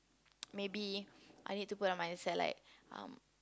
maybe I need to put on myself like um